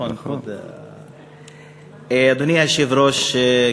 אדוני היושב-ראש,